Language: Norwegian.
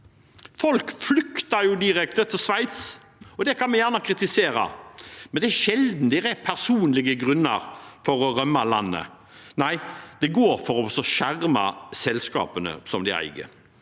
Folk flykter jo direkte til Sveits. Det kan vi gjerne kritisere, men det er sjelden det er personlige grunner for å rømme landet. Nei, de drar for å skjerme selskapene de eier.